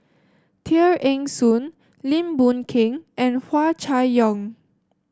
Tear Ee Soon Lim Boon Keng and Hua Chai Yong